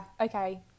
okay